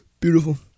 beautiful